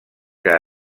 que